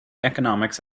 economics